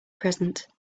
present